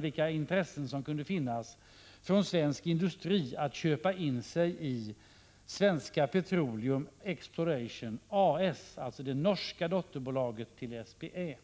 vilka intressen som svensk industri kunde ha av att köpa in sig i Svenska Petroleum Exploration A/S, dvs. det norska dotterbolaget till SPE.